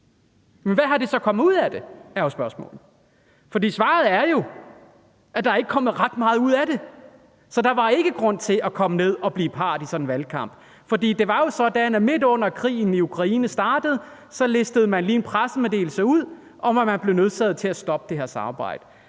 Men hvad er der så kommet ud af det? er jo spørgsmålet. Svaret er, at der ikke er kommet ret meget ud af det, så der var ikke grund til at tage ned og blive part i sådan en valgkamp. Det var jo sådan, at lige under at krigen i Ukraine startede, listede man lige en pressemeddelelse ud om, at man var nødsaget til at stoppe det her samarbejde.